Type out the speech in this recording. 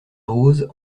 rose